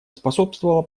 способствовало